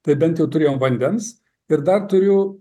tai bent jau turėjom vandens ir dar turiu